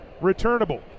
returnable